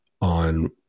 on